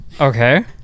okay